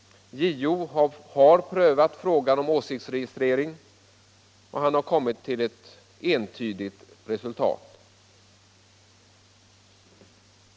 JO har prövat frågan om åsiktsregistrering, och han har kommit till ett entydigt resultat.